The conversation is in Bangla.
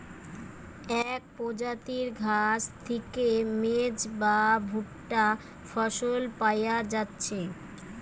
এক প্রজাতির ঘাস থিকে মেজ বা ভুট্টা ফসল পায়া যাচ্ছে